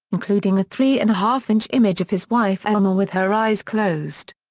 including a three and a half-inch image of his wife elma with her eyes closed.